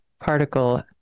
particle